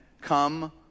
come